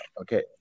Okay